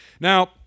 now